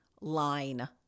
line